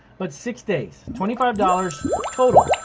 but six days, twenty five dollars total,